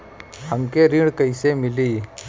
हमके ऋण कईसे मिली?